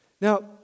Now